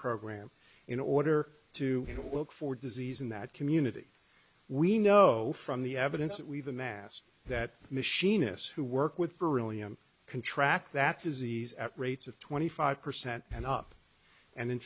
program in order to have a look for disease in that community we know from the evidence that we've amassed that machinists who work with beryllium contract that disease at rates of twenty five percent and up and in